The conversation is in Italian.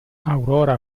aurora